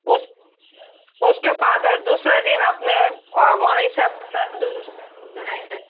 उस उस के बाद दूसरे दिन अपने वहीं से अपना टूर जो है